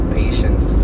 patience